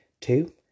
Two